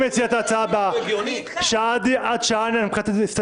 אני מציע את ההצעה הבאה,